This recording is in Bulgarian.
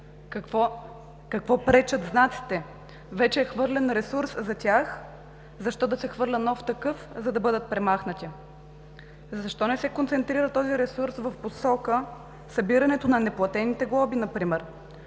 Какво пречат знаците? Вече е хвърлен ресурс за тях, защо да се хвърля нов такъв, за да бъдат премахнати? Защо не се концентрира този ресурс в посока събирането на неплатените глоби например?